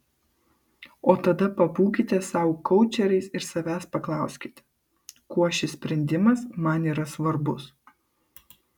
o tada pabūkite sau koučeriais ir savęs paklauskite kuo šis sprendimas man yra svarbus